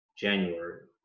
january